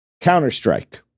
Counter-Strike